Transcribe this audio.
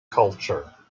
culture